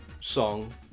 song